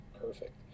perfect